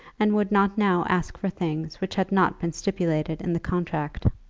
and would not now ask for things which had not been stipulated in the contract.